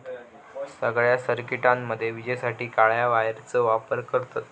सगळ्या सर्किटामध्ये विजेसाठी काळ्या वायरचो वापर करतत